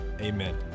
amen